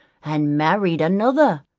and married another.